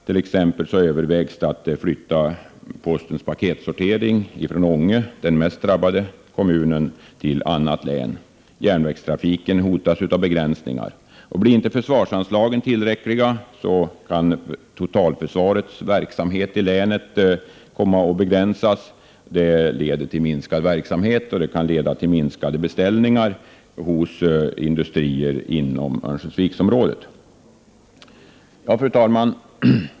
T.ex. övervägs en flyttning av postens paketsortering från Ånge — den mest drabbade kommunen - till annat län. Järnvägstrafiken hotas också av begränsningar. Om inte försvarsanslagen blir tillräckliga kan totalförsvarets verksamhet i länet komma att begränsas. Det leder till minskad verksamhet och kan leda till minskade beställningar hos industrier inom Örnsköldsviksområdet. Fru talman!